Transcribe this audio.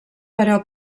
però